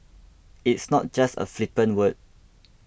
it's not just a flippant word